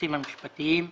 ליועצים המשפטיים,